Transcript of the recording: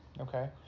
okay